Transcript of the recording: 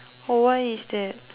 oh why is that